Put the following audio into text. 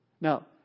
Now